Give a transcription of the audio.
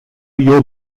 your